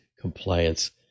compliance